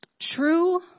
true